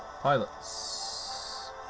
Pilots